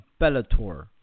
Bellator